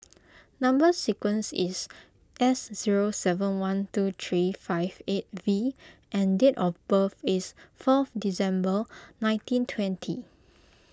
Number Sequence is S zero seven one two three five eight V and date of birth is fourth December nineteen twenty